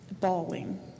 bawling